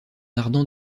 ardent